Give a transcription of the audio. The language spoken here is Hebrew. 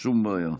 שום בעיה.